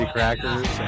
Crackers